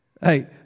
Hey